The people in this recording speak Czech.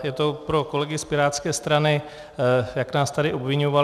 Je to pro kolegy z pirátské strany, jak nás tady obviňovali.